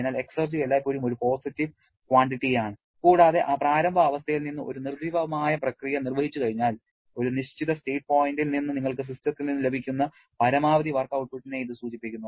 അതിനാൽ എക്സർജി എല്ലായ്പ്പോഴും ഒരു പോസിറ്റീവ് ക്വാണ്ടിറ്റി ആണ് കൂടാതെ ആ പ്രാരംഭ അവസ്ഥയിൽ നിന്ന് ഒരു നിർജ്ജീവമായ പ്രക്രിയ നിർവ്വഹിച്ചുകഴിഞ്ഞാൽ ഒരു നിശ്ചിത സ്റ്റേറ്റ് പോയിന്റിൽ നിന്ന് നിങ്ങൾക്ക് സിസ്റ്റത്തിൽ നിന്ന് ലഭിക്കുന്ന പരമാവധി വർക്ക് ഔട്ട്പുട്ടിനെ ഇത് സൂചിപ്പിക്കുന്നു